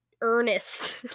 earnest